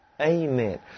Amen